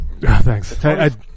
Thanks